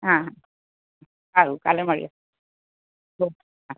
હાં સારું કાલે મળીએ હા